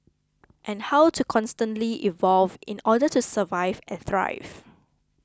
and how to constantly evolve in order to survive and thrive